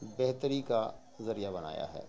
بہتری کا ذریعہ بنایا ہے